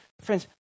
Friends